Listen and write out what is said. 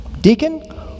deacon